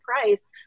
price